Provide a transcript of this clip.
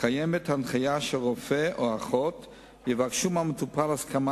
קיימת הנחיה שרופא או אחות יבקשו מהמטופל הסכמה